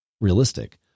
realistic